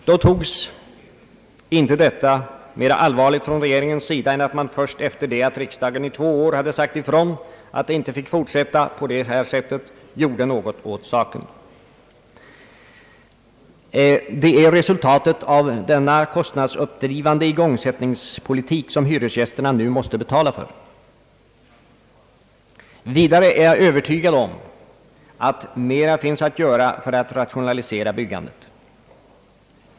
Regeringen tog då inte mer allvarligt på detta än att man gjorde något åt saken först sedan riksdagen under två år sagt ifrån att det inte fick fortsätta på detta sätt. Det är resultatet av denna kostnadsuppdrivande igångsättningspolitik som hyresgästerna nu måste betala för. Vidare är jag övertygad om att mer finns att göra för att rationalisera byggandet.